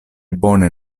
bone